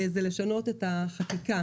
זה לשנות את החקיקה,